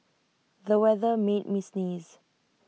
the weather made me sneeze